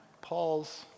Paul's